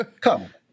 come